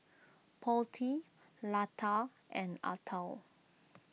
Potti Lata and Atal